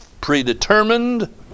predetermined